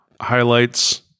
highlights